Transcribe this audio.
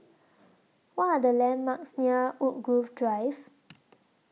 What Are The landmarks near Woodgrove Drive